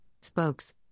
spokes